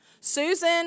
Susan